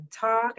talk